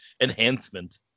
enhancement